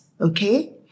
okay